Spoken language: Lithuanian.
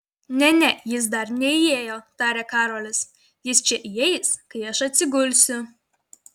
ne ne jis dar neįėjo tarė karolis jis čia įeis kai aš atsigulsiu